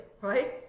right